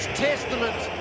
testament